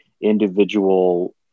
individual